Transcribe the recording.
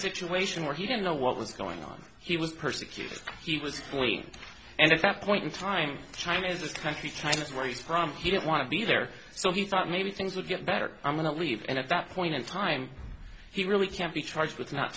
situation where he didn't know what was going on he was persecuted he was clean and at that point in time china is this country trying where he's from he didn't want to be there so he thought maybe things will get better i'm going to leave and at that point in time he really can't be charged with not